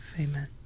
Amen